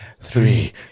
Three